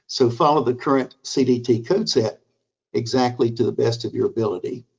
so follow the current cdt code set exactly to the best of your ability.